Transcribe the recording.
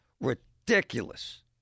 ridiculous